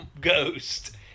ghost